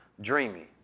dreamy